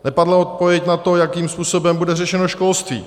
Nepadla odpověď na to, jakým způsobem bude řešeno školství.